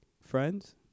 friends